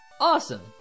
Awesome